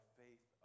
faith